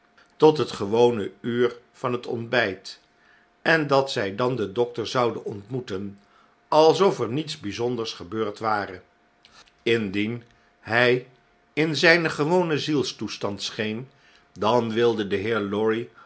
tot het gewone uur van het ontbyt en dat zy dan den dokter zouden ontmoeten alsof er niets bijzonders gebeurd ware indien hy in zijn gewonen zielstoestand scheen dan wilde de heer lorry